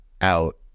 out